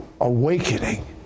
awakening